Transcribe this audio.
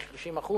של 30%,